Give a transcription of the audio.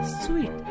sweet